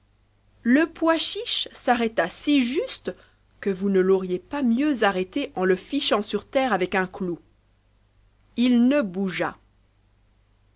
le pois chiche s'arrtasi juste que vous ne l'auriez pas mieux arrêté en le nchant sur terre avec un clou m ne bougea